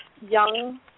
young